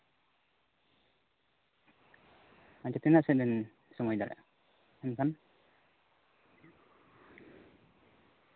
ᱟᱪᱪᱷᱟ ᱛᱤᱱᱟᱹᱜ ᱥᱮᱡ ᱵᱮᱱ ᱥᱚᱢᱚᱭ ᱫᱟᱲᱮᱭᱟᱜᱼᱟ ᱮᱱᱠᱷᱟᱱ